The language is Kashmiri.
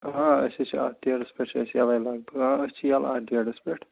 آ أسۍ ٲسۍ اَتھ ڈیٹَس پٮ۪ٹھ چھِ أسۍ یَلٕے لَگ بَگ آ أسۍ چھِ یَلہٕ اَتھ ڈیٹَس پٮ۪ٹھ